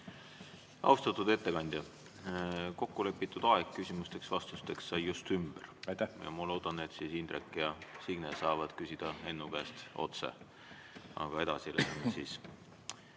Austatud ettekandja, kokkulepitud aeg küsimusteks-vastusteks sai just ümber. Aitäh! Ma loodan, et Indrek ja Signe saavad küsida Ennu käest otse. Aga edasi läheme